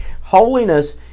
holiness